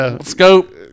scope